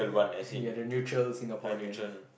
your the neutral Singaporean